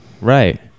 Right